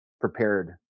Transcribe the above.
prepared